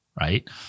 Right